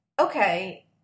okay